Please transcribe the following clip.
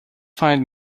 find